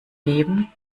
leben